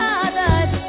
others